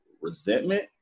resentment